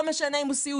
לא משנה אם הוא סיעודי,